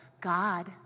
God